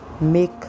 make